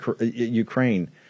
Ukraine